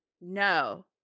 No